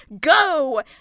Go